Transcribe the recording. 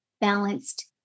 balanced